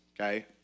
okay